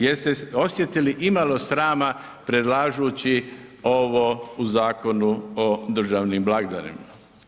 Jeste osjetili imalo srama predlažući ovo u Zakonu o državnim blagdanima?